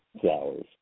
Flowers